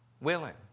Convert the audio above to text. willing